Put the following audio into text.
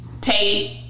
Tate